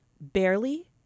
barely